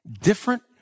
different